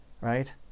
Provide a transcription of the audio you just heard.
right